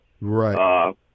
Right